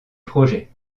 projet